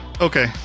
Okay